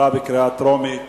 עברה בקריאה טרומית